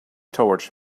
towards